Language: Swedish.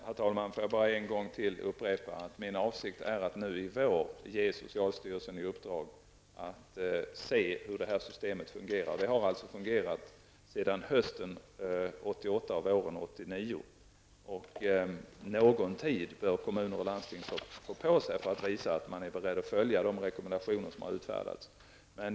Herr talman! Får jag än en gång upprepa att min avsikt är att nu i vår ge socialstyrelsen i uppdrag att se över hur det här systemet har fungerat. Det har fungerat sedan hösten 88. Kommuner och landsting bör få någon tid på sig för att visa att man är beredd att följa de rekommendationer som har utfärdats.